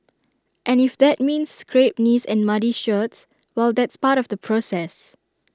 and if that means scraped knees and muddy shirts well that's part of the process